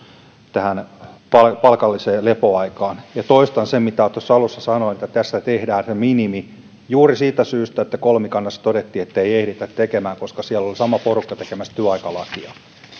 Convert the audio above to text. palkalliseen lepoaikaan ja toistan sen mitä tässä alussa sanoin että tässä tehdään se minimi juuri siitä syystä että kolmikannassa todettiin että muuta ei ehditä tekemään koska siellä oli sama porukka tekemässä työaikalakia